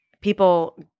People